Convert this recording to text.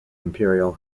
imperial